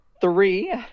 three